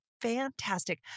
fantastic